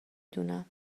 دونم